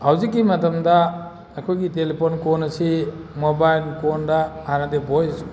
ꯍꯧꯖꯤꯛꯀꯤ ꯃꯇꯝꯗ ꯑꯩꯈꯣꯏꯒꯤ ꯇꯤꯂꯤꯐꯣꯟ ꯀꯣꯟ ꯑꯁꯤ ꯃꯣꯕꯥꯏꯜ ꯀꯣꯟꯗ ꯍꯥꯟꯅꯗꯤ ꯚꯣꯏꯁ